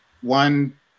One